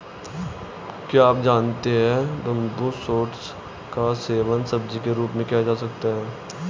क्या आप जानते है बम्बू शूट्स का सेवन सब्जी के रूप में किया जा सकता है?